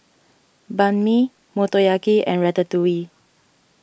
Banh Mi Motoyaki and Ratatouille